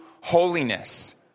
holiness